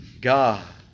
God